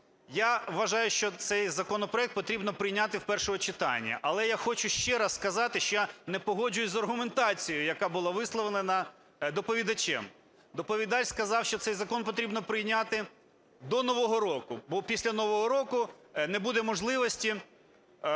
Я вважаю, що цей законопроект потрібно прийняти в першому читанні. Але я хочу ще раз сказати, що я не погоджуюсь з аргументацією, яка була висловлена доповідачем. Доповідач сказав, що цей закон потрібно прийняти до Нового року. Бо після Нового року не буде можливості